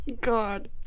god